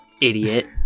idiot